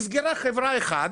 נסגרה חברה אחת.